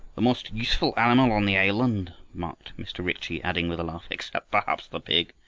the most useful animal on the island, remarked mr. ritchie, adding with a laugh, except perhaps the pig.